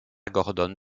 gordon